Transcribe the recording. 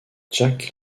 jacques